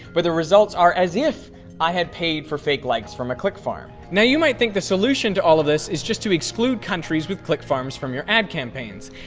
but the results are as if i had paid for fake likes from a clickfarm now you might think the solution to all this is just to exclude countries with click-farms from your ad campaigns.